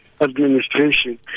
administration